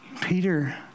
Peter